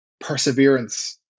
perseverance